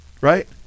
right